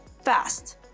fast